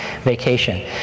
vacation